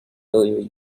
由于